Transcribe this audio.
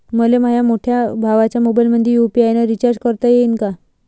मले माह्या मोठ्या भावाच्या मोबाईलमंदी यू.पी.आय न रिचार्ज करता येईन का?